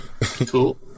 Cool